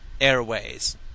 airways